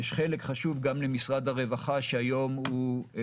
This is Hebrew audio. יש חלק חשוב גם למשרד הרווחה שהיום גם